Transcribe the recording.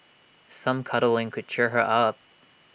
some cuddling could cheer her up